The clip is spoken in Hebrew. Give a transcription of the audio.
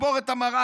לשבור את המראה.